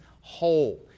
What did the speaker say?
whole